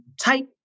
type